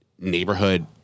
neighborhood